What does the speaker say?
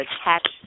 attach